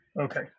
Okay